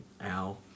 al